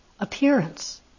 appearance